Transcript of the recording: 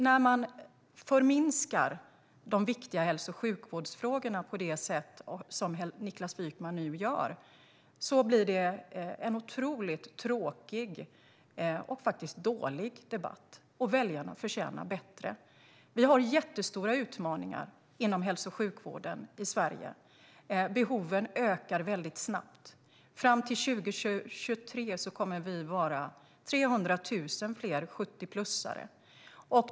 När man förminskar de viktiga hälso och sjukvårdsfrågorna på det sätt som Niklas Wykman nu gör blir det en otroligt tråkig och faktiskt dålig debatt. Väljarna förtjänar bättre. Vi har jättestora utmaningar inom hälso och sjukvården i Sverige. Behoven ökar snabbt. År 2023 kommer vi att ha 300 000 fler 70-plussare.